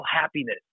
happiness